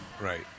right